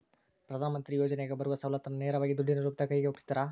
ಪ್ರಧಾನ ಮಂತ್ರಿ ಯೋಜನೆಯಾಗ ಬರುವ ಸೌಲತ್ತನ್ನ ನೇರವಾಗಿ ದುಡ್ಡಿನ ರೂಪದಾಗ ಕೈಗೆ ಒಪ್ಪಿಸ್ತಾರ?